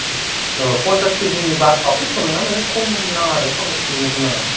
औ पन्सास केजिनि बाराबो नङा माने खम नाङा आरो पन्सास केजिनि खम नाङा